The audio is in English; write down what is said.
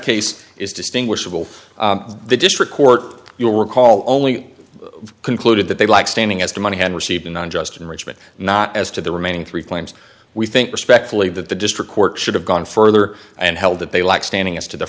case is distinguishable the district court you'll recall only concluded that they lack standing as the money had received an unjust enrichment not as to the remaining three claims we think respectfully that the district court should have gone further and held that they lack standing as to the